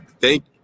thank